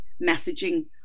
messaging